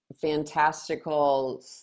Fantastical